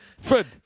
Fred